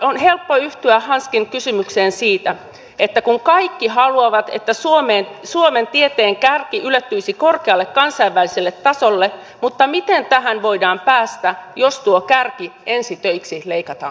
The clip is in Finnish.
on helppo yhtyä hanskin kysymykseen siitä että kaikki haluavat että suomen tieteen kärki ylettyisi korkealle kansainväliselle tasolle mutta miten tähän voidaan päästä jos tuo kärki ensi töiksi leikataan pois